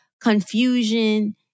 confusion